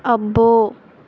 అబ్బో